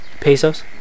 Pesos